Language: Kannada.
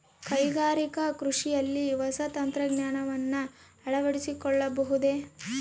ಕೈಗಾರಿಕಾ ಕೃಷಿಯಲ್ಲಿ ಹೊಸ ತಂತ್ರಜ್ಞಾನವನ್ನ ಅಳವಡಿಸಿಕೊಳ್ಳಬಹುದೇ?